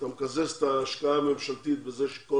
אתה מקזז את ההשקעה הממשלתית בזה שכל